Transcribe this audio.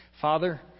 Father